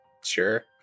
Sure